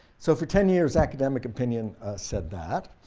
so for ten years academic opinion said that,